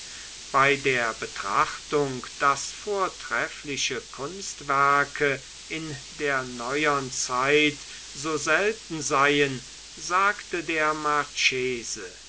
bei der betrachtung daß vortreffliche kunstwerke in der neuern zeit so selten seien sagte der